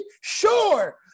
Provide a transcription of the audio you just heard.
sure